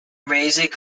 music